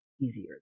easier